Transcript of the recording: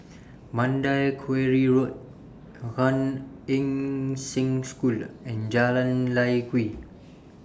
Mandai Quarry Road Gan Eng Seng School and Jalan Lye Kwee